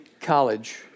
college